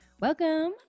Welcome